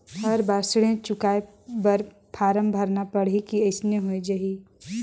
हर बार ऋण चुकाय बर फारम भरना पड़ही की अइसने हो जहीं?